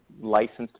licensed